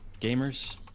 Gamers